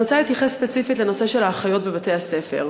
אני רוצה להתייחס ספציפית לנושא של האחיות בבתי-הספר.